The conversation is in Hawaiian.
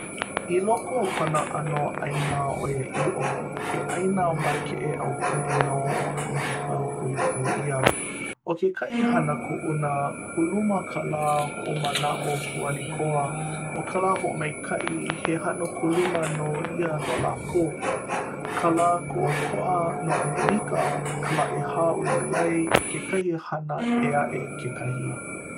i loko o kona ʻano ʻāina ʻoiaʻiʻo he ʻāina makeʻe aupuni nō ʻo ʻamelika hui pū ʻia ʻo kekahi hana kuʻuna kuluma ka lā hoʻomanaʻo pūʻali koa ʻo ka lā hoʻomaikaʻi he hana kuluma nō ia no lākou ka lā kūʻokoʻa no ʻamelika ka lā ʻehā o iulai kekahi hana ʻē aʻe kekahi